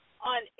on